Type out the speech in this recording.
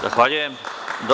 Zahvaljujem.